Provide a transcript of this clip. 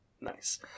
Nice